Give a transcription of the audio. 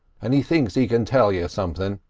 and he thinks he can tell you something.